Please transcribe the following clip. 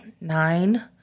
nine